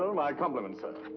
my compliments sir.